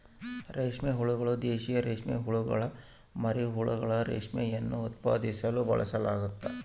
ರೇಷ್ಮೆ ಹುಳುಗಳು, ದೇಶೀಯ ರೇಷ್ಮೆಹುಳುಗುಳ ಮರಿಹುಳುಗಳು, ರೇಷ್ಮೆಯನ್ನು ಉತ್ಪಾದಿಸಲು ಬಳಸಲಾಗ್ತತೆ